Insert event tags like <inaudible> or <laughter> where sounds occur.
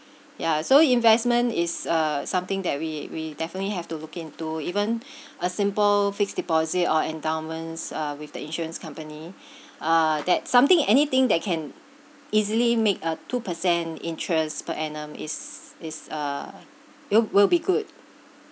ya so investment is uh something that we we definitely have to look into even <breath> a simple fixed deposit or endowments uh with the insurance company ah that something anything that can easily make a two percent interest per annum is is uh will will be good